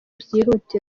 byihutirwa